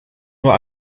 nur